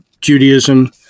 judaism